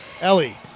Ellie